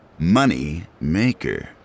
Moneymaker